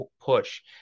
push